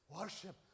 worship